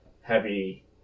heavy